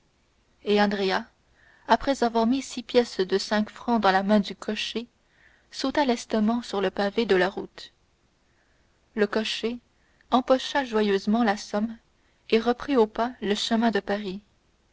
après avoir mis six pièces de cinq francs dans la main du cocher sauta lestement sur le pavé de la route le cocher empocha joyeusement la somme et reprit au pas le chemin de paris